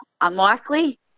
unlikely